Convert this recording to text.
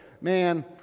Man